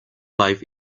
life